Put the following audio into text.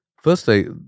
firstly